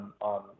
on